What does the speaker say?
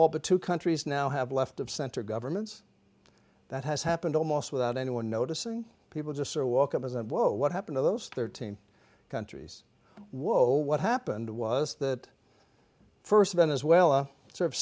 all the two countries now have left of center governments that has happened almost without anyone noticing people just sort of walk up and whoa what happened in those thirteen countries whoa what happened was that first venezuela